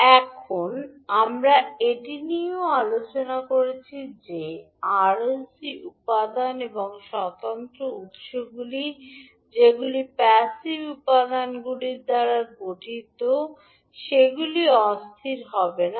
এখন আমরা এটি নিয়েও আলোচনা করেছি যে আর এল সি উপাদান এবং স্বতন্ত্র উত্সগুলি যেগুলি প্যাসিভ উপাদানগুলির দ্বারা গঠিত সেগুলি অস্থির হবে না